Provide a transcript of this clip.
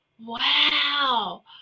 wow